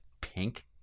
pink